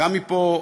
גם מפה,